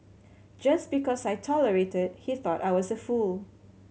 just because I tolerated he thought I was a fool